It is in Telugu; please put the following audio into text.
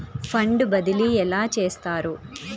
ఫండ్ బదిలీ ఎలా చేస్తారు?